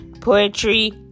poetry